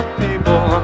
people